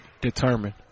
Determined